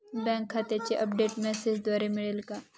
Bank खात्याचे update मेसेजद्वारे मिळेल का?